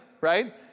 right